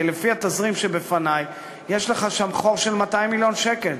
כי לפי התזרים שבפני יש לך שם חור של 200 מיליון שקל,